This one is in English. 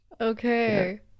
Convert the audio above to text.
Okay